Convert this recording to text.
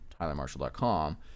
tylermarshall.com